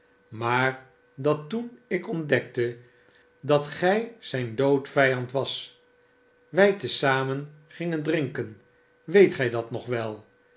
maar dat toen ik ontdekte dat gij zijn doodvijand was wij te zamen gingen drinken weet gij dat nog wel